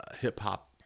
hip-hop